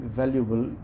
valuable